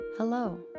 Hello